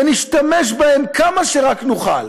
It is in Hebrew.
ונשתמש בהן כמה שרק נוכל,